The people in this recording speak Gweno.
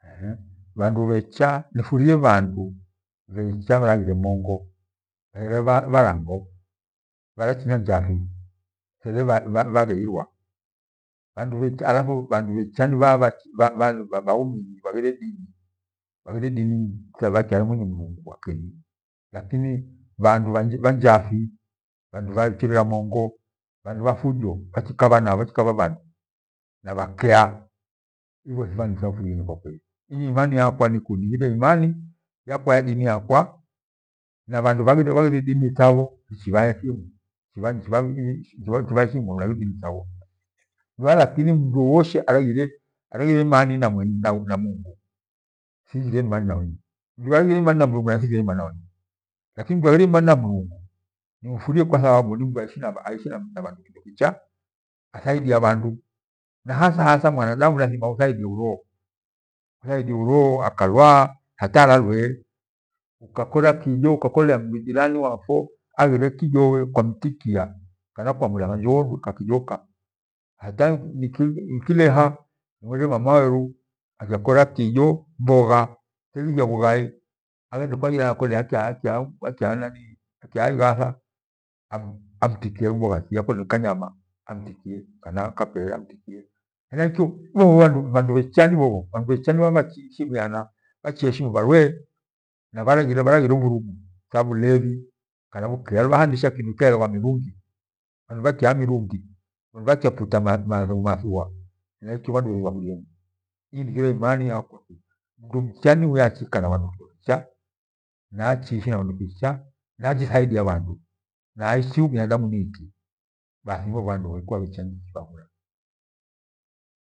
Nifurie bhanda bheche bharafurie mongo there bharanjo, bharachinjwa njafi there bhasheirwa, bhandu bhecha alafu ni bhaya waumini bhaghire dini kole bhakyaamini Mungu wa keni. Lakini bhandu bha ngafi bhachirera mongo na bhafujo, bhachikavhwana na ikabha bhandu bhakua nibhaadu thira bhafurie kwa kweri inyi niakwa niku nighire mani yakwa ya dini yakwa navanda vaghire dini thabho nichibhaheshimwa bhandu bhaghire dini thabho ilubaha mdu wowoshe araghire araghire Imani na Mungu thighire Imani nawe nyi. Mdu araghire Imani na Mungu nay thighiree Imani na wenye Mndu aghire Imani na Mungu nimfurie kwa thababu nim du alrima iishi na bhandu kindo kicha athaidia bhandu na hasahasa mwanadamu lathima uthaidie oroo. Utaidie oroo akulwaa hata aratuee ukakora kijo ukakolewa Jirani wapfwa aghire kihowe kwamtikia kana kwamwilaghonjo uondue kakichoka. Hata nikileha nivonire mama weru akira kiho mbogha telia bhughai aghende kwajirani akolie akyaya akya ighatha amfikia mbogha kole nika nyama mtikie kana kapere amtikie. Henaikyo bhandu bhecha ni bhobho bhandu bhache heshimiana bhachiheshima bharwee na bharaghire bhalaghire bhwaugu tha bhalevi kana vukaa luvagha hundecha kindo kyailaghwa mirangi bhanda bhakya mirwagi bhandu bhkyaputa mathua inyi nighire Imani yakwa mdu mcha niwia achiikaana bhana kindo kicha na achiishi na bhandu kindo kicha.